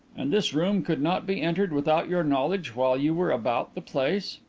and this room could not be entered without your knowledge while you were about the place?